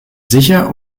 sicher